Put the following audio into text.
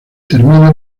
termina